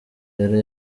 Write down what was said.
yari